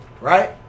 Right